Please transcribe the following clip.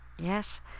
Yes